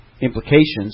implications